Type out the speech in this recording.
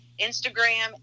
Instagram